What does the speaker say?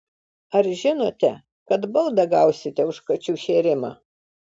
ar žinote kad baudą gausite už kačių šėrimą